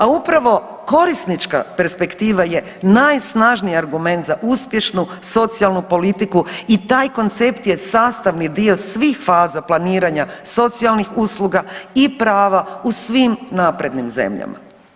Al upravo korisnička perspektiva je najsnažniji argument za uspješnu socijalnu politiku i taj koncept je sastavni dio svih faza planiranja socijalnih usluga i prava u svim naprednim zemljama.